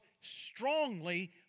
strongly